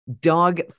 Dog